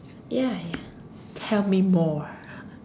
ya ya tell me more